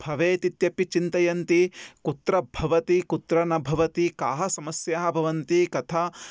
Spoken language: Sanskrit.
भवेदित्यपि चिन्तयन्ति कुत्र भवति कुत्र न भवति काः समस्याः भवन्ति कथा